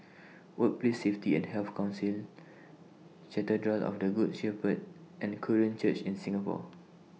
Workplace Safety and Health Council Cathedral of The Good Shepherd and Korean Church in Singapore